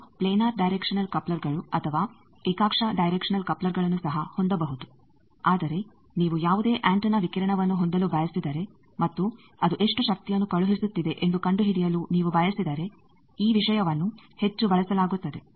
ನೀವು planar directional ಕಪ್ಲರ್ಗಳು ಅಥವಾ ಏಕಾಕ್ಷ ಡೈರೆಕ್ಷನಲ್ ಕಪ್ಲರ್ಗಳನ್ನು ಸಹ ಹೊಂದಬಹುದು ಆದರೆ ನೀವು ಯಾವುದೇ ಅಂಟೆನಾ ವಿಕಿರಣವನ್ನು ಹೊಂದಲು ಬಯಸಿದರೆ ಮತ್ತು ಅದು ಎಷ್ಟು ಶಕ್ತಿಯನ್ನು ಕಳುಹಿಸುತ್ತಿದೆ ಎಂದು ಕಂಡುಹಿಡಿಯಲು ನೀವು ಬಯಸಿದರೆ ಈ ವಿಷಯವನ್ನು ಹೆಚ್ಚು ಬಳಸಲಾಗುತ್ತದೆ